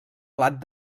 plat